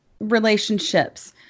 relationships